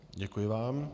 Děkuji vám.